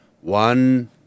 One